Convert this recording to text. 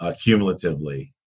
Cumulatively